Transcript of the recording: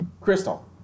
Crystal